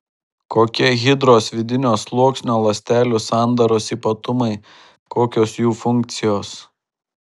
kokie hidros vidinio sluoksnio ląstelių sandaros ypatumai kokios jų funkcijos